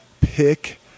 pick